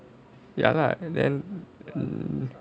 ya lah then hmm